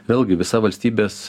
vėlgi visa valstybės